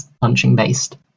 punching-based